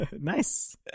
nice